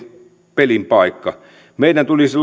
pelin paikka meidän tulisi